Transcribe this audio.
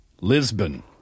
Lisbon